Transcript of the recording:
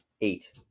eight